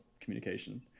communication